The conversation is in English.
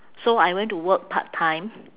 so I went to work part-time